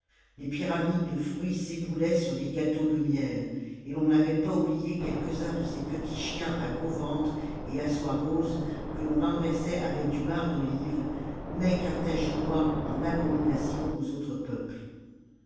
les pyramides de fruits s'éboulaient sur les gâteaux de miel et l'on n'avait pas oublié quelques-uns de ces petits chiens à gros ventre et à soies roses que ton engraissait avec du marc d'olives mets carthaginois en abomination aux autres peuples